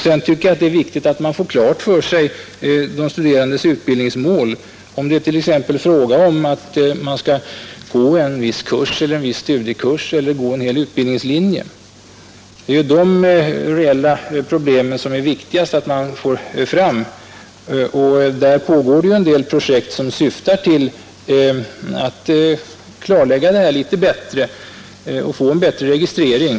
Sedan tycker jag att det är viktigt att man får klart för sig de studerandes utbildningsmål. Skall man t.ex. gå en viss studiekurs eller viss utbildningslinje? Det är viktigt att man får klarhet i dessa reella problem. Det pågår en del projekt som syftar till att klarlägga detta litet bättre så att man får en bättre registrering.